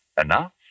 Enough